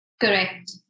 Correct